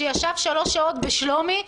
שישב שלוש שעות בשלומי.